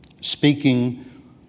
speaking